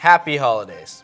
happy holidays